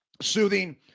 soothing